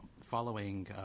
following